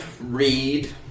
read